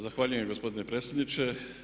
Zahvaljujem gospodine predsjedniče.